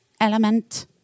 element